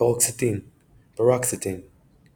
פארוקסטין paroxetine –